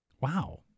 Wow